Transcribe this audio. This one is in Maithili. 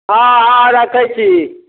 हँ हँ रखै छी